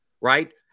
right